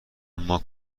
اما